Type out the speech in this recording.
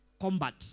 combat